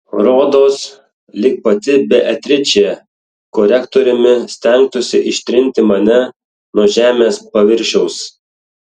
rodos lyg pati beatričė korektoriumi stengtųsi ištrinti mane nuo žemės paviršiaus